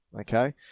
Okay